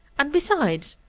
and, besides,